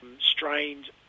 strained